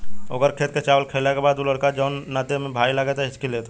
ओकर खेत के चावल खैला के बाद उ लड़का जोन नाते में भाई लागेला हिच्की लेता